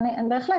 בהחלט.